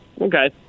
okay